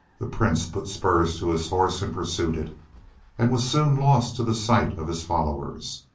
the prince put spurs to his horse and pursued it and was soon lost to the sight of his followers.